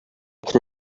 can